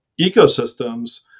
ecosystems